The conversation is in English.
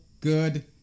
good